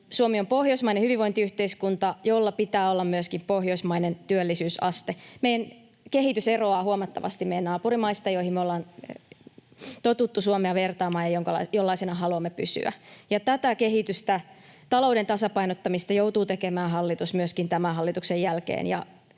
Suomi on pohjoismainen hyvinvointiyhteiskunta, jolla pitää olla myöskin pohjoismainen työllisyysaste. Meidän kehitys eroaa huomattavasti meidän naapurimaista, joihin me ollaan totuttu Suomea vertaamaan ja jollaisina haluamme pysyä. Tätä kehitystä, talouden tasapainottamista, hallitus joutuu tekemään myöskin tämän hallituksen jälkeen,